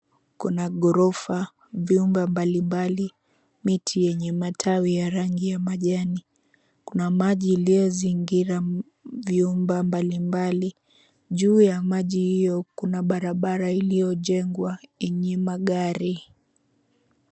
Kuna ghorofa, vyumba mbalimbali, miti yenye matawi ya rangi ya majani, kuna maji iliyozingira vyumba mbalimbali. Juu ya maji hiyo kuna barabara iliyojengwa yenye magari.